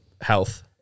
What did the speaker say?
health